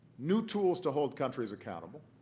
new tools to hold countries accountable